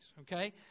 Okay